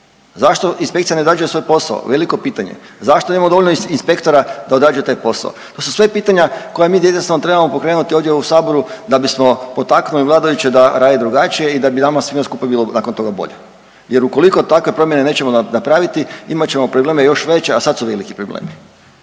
Zašto inspekcija ne odrađuje svoj posao, veliko pitanje? Zašto nemamo dovoljno inspektora da određuju taj posao? To su sve pitanja koja mi jednostavno trebamo pokrenuti ovdje u saboru da bismo potaknuli vladajuće da rade drugačije i da bi nama svima skupa bilo nakon toga bolje jer ukoliko takve promijene nećemo napraviti imat ćemo probleme još veće, a sad su veliki problemi